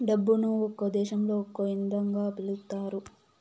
డబ్బును ఒక్కో దేశంలో ఒక్కో ఇదంగా పిలుత్తారు